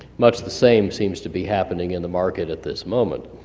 much the same seems to be happening in the market at this moment.